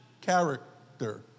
character